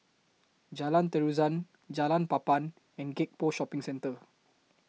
Jalan Terusan Jalan Papan and Gek Poh Shopping Centre